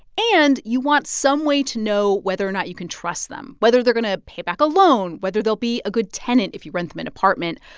and you want some way to know whether or not you can trust them, whether they're going to pay back a loan, whether they'll be a good tenant if you rent them an apartment,